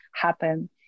happen